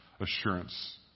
assurance